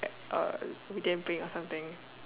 uh we didn't bring or something